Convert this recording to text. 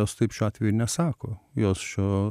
jos taip šiuo atveju nesako jos šiuo